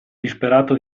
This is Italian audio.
disperato